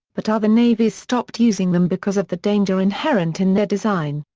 but other navies stopped using them because of the danger inherent in their design.